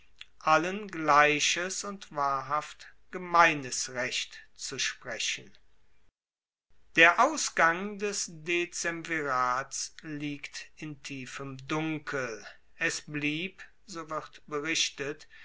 allen gleiches und wahrhaft gemeines recht zu sprechen der ausgang des dezemvirats liegt in tiefem dunkel es blieb so wird berichtet